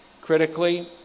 critically